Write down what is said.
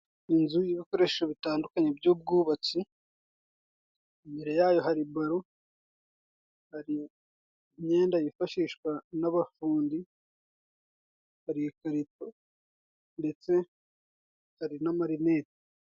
Inzu y'ibikoresho bitandukanye by'ubwubatsi, imbere ya yo hari baro, hari imyenda yifashishwa n'abafundi, hari ikarito, ndetse hari n'amarineti.